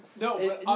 no